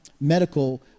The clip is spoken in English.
medical